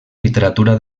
literatura